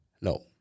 No